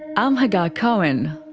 i'm hagar cohen.